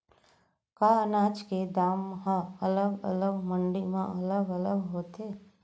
का अनाज के दाम हा अलग अलग मंडी म अलग अलग होथे?